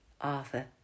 Arthur